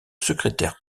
secrétaire